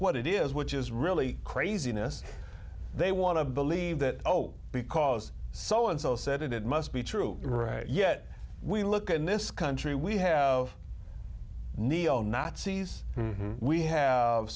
what it is which is really craziness they want to believe that oh because so and so said it it must be true right yet we look at in this country we have neo nazis we have